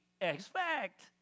expect